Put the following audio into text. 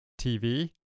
TV